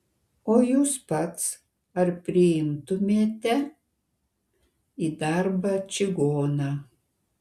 o jūs pats ar priimtumėte į darbą čigoną